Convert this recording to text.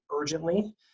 urgently